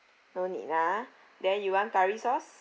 no need ah then you want curry sauce